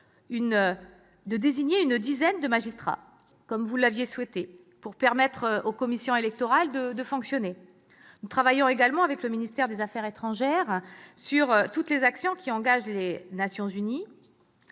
de désigner une dizaine de magistrats pour permettre aux commissions électorales de fonctionner. Nous travaillons également avec le ministère des affaires étrangères sur toutes les actions qui engagent les Nations unies.